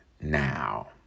now